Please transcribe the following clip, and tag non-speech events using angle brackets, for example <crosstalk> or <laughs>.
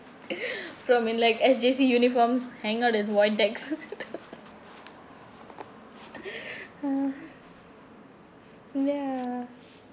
<breath> from in like S_J_C uniforms hang out at void decks <laughs> <breath> ya